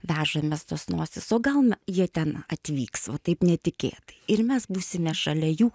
vežamės tas nosis o gal na jie ten atvyks va taip netikėtai ir mes būsime šalia jų